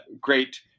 great